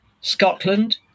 Scotland